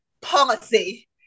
policy